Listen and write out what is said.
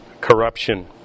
corruption